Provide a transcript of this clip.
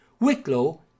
Wicklow